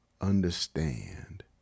understand